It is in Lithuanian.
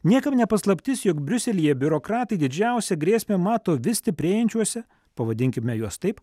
niekam ne paslaptis jog briuselyje biurokratai didžiausią grėsmę mato vis stiprėjančiuose pavadinkime juos taip